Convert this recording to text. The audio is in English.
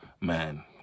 man